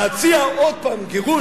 להציע עוד פעם גירוש,